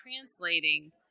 translating